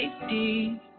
safety